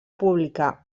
pública